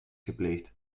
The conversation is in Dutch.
gepleegd